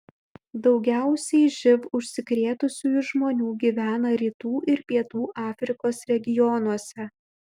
daugiausiai živ užsikrėtusiųjų žmonių gyvena rytų ir pietų afrikos regionuose